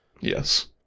Yes